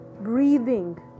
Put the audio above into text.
breathing